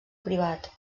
privat